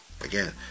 Again